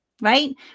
right